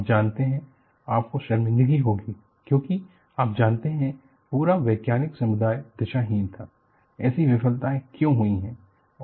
आप जानते हैं आपको शर्मींदगी होगी क्योंकि आप जानते हैं पूरा वैज्ञानिक समुदाय दिशाहीन था ऐसी विफलताएं क्यों हुई हैं